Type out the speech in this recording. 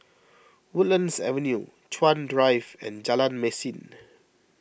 Woodlands Avenue Chuan Drive and Jalan Mesin